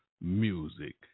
music